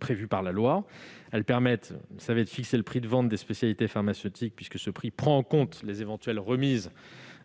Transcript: prévues par la loi. Elles permettent de fixer le prix de vente des spécialités pharmaceutiques, puisque celui-ci prend en compte les éventuelles remises